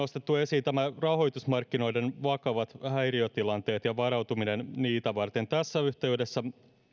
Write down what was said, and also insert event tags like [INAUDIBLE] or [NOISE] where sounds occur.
[UNINTELLIGIBLE] nostettu esiin rahoitusmarkkinoiden vakavat häiriötilanteet ja varautuminen niitä varten tässä yhteydessä